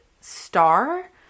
star